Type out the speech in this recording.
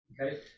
Okay